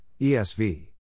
esv